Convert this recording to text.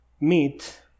meet